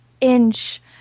inch